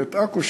ועכו,